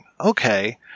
okay